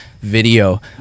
video